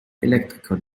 elektriker